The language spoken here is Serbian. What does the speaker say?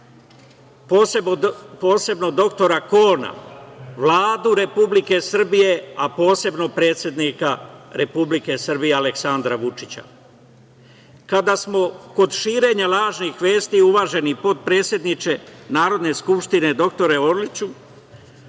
posebno dr Kona, Vladu Republike Srbije, a posebno predsednika Republike Srbije, Aleksandra Vučića. Kada smo kod širenja lažnih vesti, uvaženi potpredsedniče Narodne skupštine, dr Orliću,